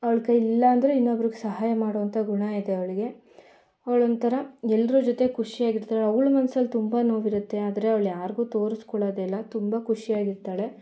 ಅವ್ಳ ಕೈಲಿ ಇಲ್ಲ ಅಂದ್ರೆ ಇನ್ನೊಬ್ರಿಗೆ ಸಹಾಯ ಮಾಡುವಂಥ ಗುಣ ಇದೆ ಅವಳಿಗೆ ಅವಳೊಂಥರ ಎಲ್ಲರೂ ಜೊತೆ ಖುಷಿಯಾಗಿರ್ತಾಳೆ ಅವ್ಳ ಮನ್ಸಲ್ಲಿ ತುಂಬ ನೋವಿರುತ್ತೆ ಆದರೆ ಅವ್ಳು ಯಾರಿಗೂ ತೋರ್ಸ್ಕೊಳ್ಳೋದಿಲ್ಲ ತುಂಬ ಖುಷಿಯಾಗಿರ್ತಾಳೆ